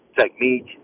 technique